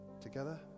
Together